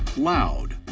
loud,